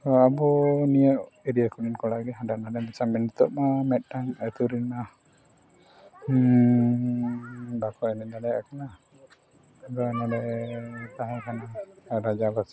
ᱟᱵᱚ ᱱᱤᱭᱟᱹ ᱮᱨᱤᱭᱟ ᱠᱚᱨᱮᱱ ᱠᱚᱲᱟᱜᱮ ᱦᱟᱸᱰᱮ ᱱᱟᱸᱰᱮ ᱢᱮᱥᱟ ᱱᱤᱛᱳᱜ ᱵᱚᱱ ᱢᱤᱫᱴᱟᱱ ᱟᱹᱛᱩ ᱨᱮᱢᱟ ᱵᱟᱠᱚ ᱮᱱᱮᱡ ᱫᱟᱲᱮᱭᱟᱜ ᱠᱟᱱᱟ ᱟᱫᱚ ᱱᱚᱸᱰᱮ ᱛᱟᱦᱮᱸ ᱠᱟᱱᱟ ᱨᱟᱡᱟ ᱵᱟᱥᱟ